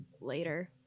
later